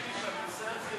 חברי הכנסת,